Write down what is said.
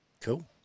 Cool